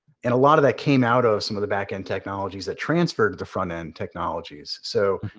and a lot of that came out of some of the back end technologies that transferred the front end technologies. so,